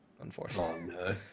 unfortunately